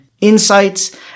insights